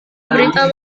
berita